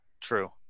True